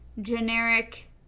generic